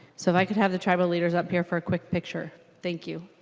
so if i could have the tribal leaders appear for a quick picture. thank you.